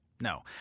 no